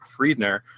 Friedner